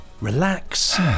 relax